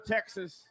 Texas